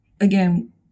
again